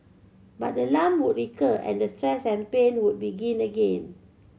but the lump would recur and the stress and pain would begin again